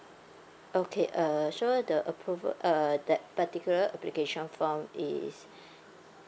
okay uh so the approval uh that particular application form is